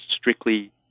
strictly